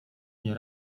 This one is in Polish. nie